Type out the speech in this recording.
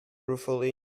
ruefully